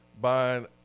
buying